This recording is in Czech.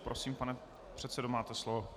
Prosím, pane předsedo, máte slovo.